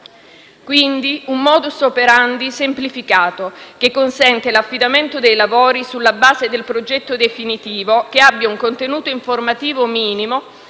quindi di un *modus operandi* semplificato, che consente l'affidamento dei lavori sulla base del progetto definitivo, che abbia un contenuto informativo minimo